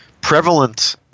prevalent –